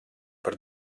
par